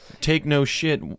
take-no-shit